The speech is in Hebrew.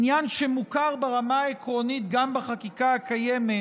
עניין שמוכר ברמה העקרונית גם בחקיקה הקיימת,